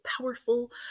powerful